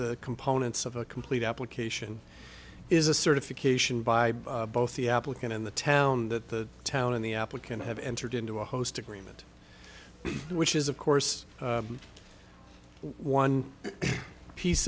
the components of a complete application is a certification by both the applicant and the town that the town and the applicant have entered into a host agreement which is of course one piece